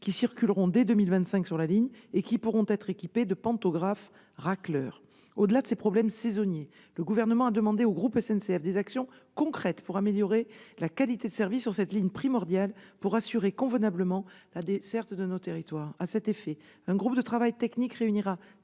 qui circuleront dès 2025 sur la ligne et qui pourront être équipées de pantographes racleurs. Au-delà de ces problèmes saisonniers, le Gouvernement a demandé au groupe SNCF des actions concrètes pour améliorer la qualité de service sur cette ligne primordiale pour assurer convenablement la desserte de nos territoires. À cet effet, un groupe de travail technique réunira